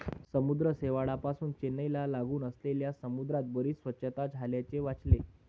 समुद्र शेवाळापासुन चेन्नईला लागून असलेल्या समुद्रात बरीच स्वच्छता झाल्याचे वाचले